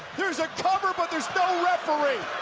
there's a cover but there's no referee.